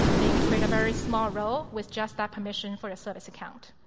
they can create a very small role with just that permission for a service account.